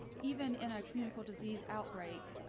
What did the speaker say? even in a communicable disease outbreak,